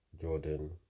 jordan